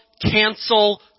cancel